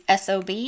SOB